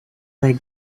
they